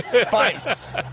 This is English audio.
spice